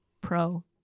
pro